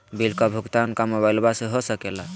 Bill का भुगतान का मोबाइलवा से हो सके ला?